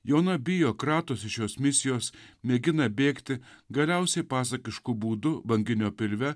joana bijo kratosi šios misijos mėgina bėgti galiausiai pasakišku būdu banginio pilve